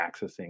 accessing